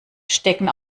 stecken